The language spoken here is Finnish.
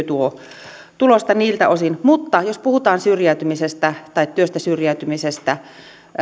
tuo tulosta niiltä osin mutta jos puhutaan syrjäytymisestä tai työstä syrjäytymisestä